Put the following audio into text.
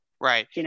Right